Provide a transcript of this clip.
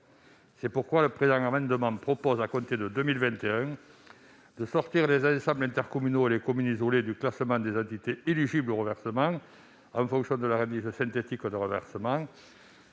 C'est pourquoi le présent amendement propose, à compter de 2021, de sortir les ensembles intercommunaux et les communes isolées du classement des entités éligibles au reversement- en fonction de leur indice synthétique de reversement